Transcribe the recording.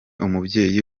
umubyeyi